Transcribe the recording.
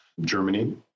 Germany